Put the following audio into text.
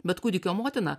bet kūdikio motina